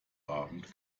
abend